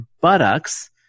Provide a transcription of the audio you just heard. buttocks